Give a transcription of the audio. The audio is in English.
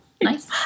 Nice